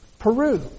Peru